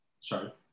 Sorry